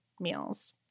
meals